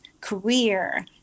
career